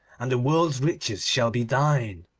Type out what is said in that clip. and the world's riches shall be thine